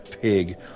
pig